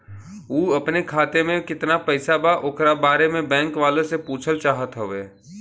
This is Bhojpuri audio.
उ अपने खाते में कितना पैसा बा ओकरा बारे में बैंक वालें से पुछल चाहत हवे?